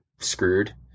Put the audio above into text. screwed